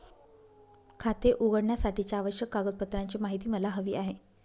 खाते उघडण्यासाठीच्या आवश्यक कागदपत्रांची माहिती मला हवी आहे